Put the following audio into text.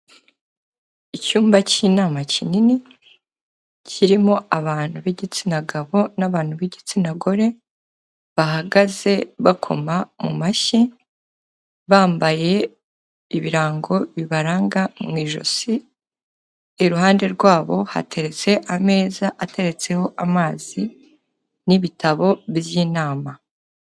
Icyumba cy'inama kinini, kirimo abantu b'igitsina gabo n'abantu b'igitsina gore, bahagaze bakoma mu mashyi, bambaye ibirango bibaranga mu ijosi, iruhande rwabo hateretse ameza ateretseho amazi, n'ibitabo by'inama.